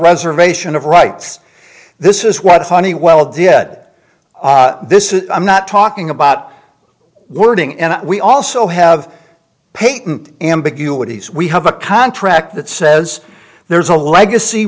reservation of rights this is what honeywell did this is i'm not talking about wording and we also have paid ambiguities we have a contract that says there's a legacy